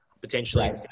potentially